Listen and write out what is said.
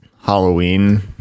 Halloween